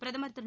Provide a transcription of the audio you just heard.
பிரதமர் திரு